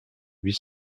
huit